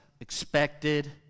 expected